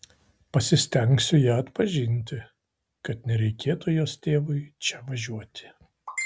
pasistengsiu ją atpažinti kad nereikėtų jos tėvui čia važiuoti